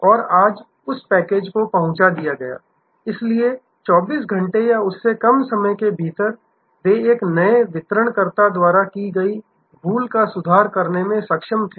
और आज उस पैकेज को पहुंचा दिया गया था इसलिए 24 घंटे या उससे कम समय के भीतर वे एक नए वितरणकर्ता द्वारा की गई भूल का सुधार करने में सक्षम थे